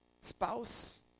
spouse